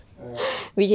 err